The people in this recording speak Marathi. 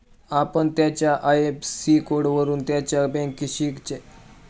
आपण त्याच्या आय.एफ.एस.सी कोडवरून त्याच्या बँकेची शाखा शोधू शकता